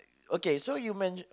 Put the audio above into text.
okay so you mention